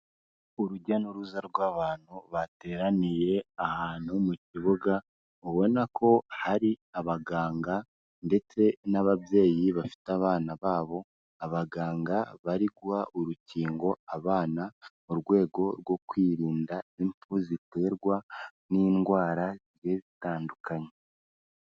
Urujya n'uruza rw'abantu bateraniye ahantu mu kibuga, ubona ko hari abaganga ndetse n'ababyeyi bafite abana babo, abaganga bari guha urukingo abana mu rwego rwo kwirinda impfu ziterwa n'indwara zigiye zitandukanye.